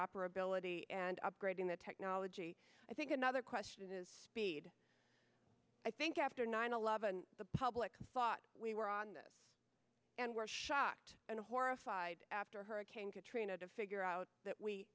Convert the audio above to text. operability and upgrading the technology i think another question is speed i think after nine eleven the public thought we were on and were shocked and horrified after hurricane katrina to figure out that we